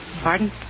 Pardon